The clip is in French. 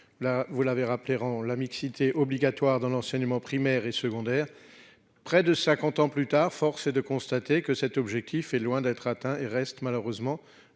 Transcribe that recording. vous l'avez rappelé rend la mixité obligatoire dans l'enseignement primaire et secondaire. Près de 50 ans plus tard, force est de constater que cet objectif est loin d'être atteint et reste malheureusement